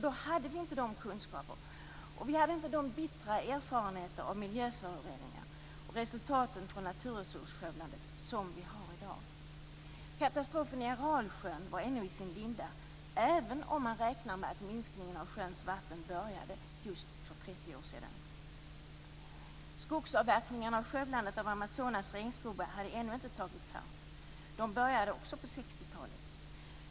Då hade vi inte de kunskaper och de bittra erfarenheter av miljöföroreningarna och naturresursskövlandet som vi har i dag. Katastrofen i Aralsjön var ännu i sin linda, även om man räknar med att minskningen av sjöns vatten började just för Amazonas regnskogar hade ännu inte tagit fart. De började också på 60-talet.